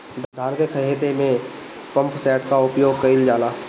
धान के ख़हेते में पम्पसेट का उपयोग कइल जाला?